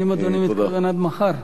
האם אדוני מתכוון עד מחר?